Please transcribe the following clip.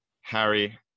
Harry